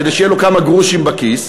כדי שיהיו לו כמה גרושים בכיס,